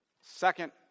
Second